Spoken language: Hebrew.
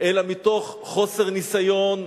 אלא מתוך חוסר ניסיון,